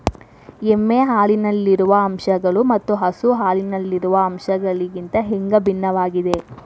ಎಮ್ಮೆ ಹಾಲಿನಲ್ಲಿರುವ ಅಂಶಗಳು ಮತ್ತ ಹಸು ಹಾಲಿನಲ್ಲಿರುವ ಅಂಶಗಳಿಗಿಂತ ಹ್ಯಾಂಗ ಭಿನ್ನವಾಗಿವೆ?